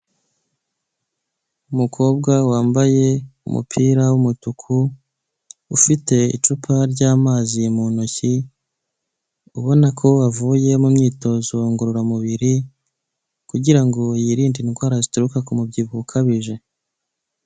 Umukobwa wambaye umupira w'umutuku ufite icupa ry'amazi mu ntoki ubona ko avuye mu myitozo ngororamubiri kugira ngo yirinde indwara zituruka ku mu byibuho ukabije.